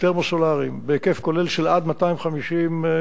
תרמו-סולריים בהיקף כולל של עד 250 מגוואט,